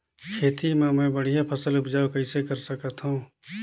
खेती म मै बढ़िया फसल उपजाऊ कइसे कर सकत थव?